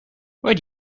where